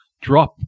drop